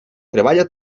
treballa